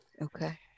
Okay